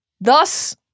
Thus